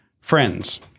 friends